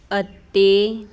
ਅਤੇ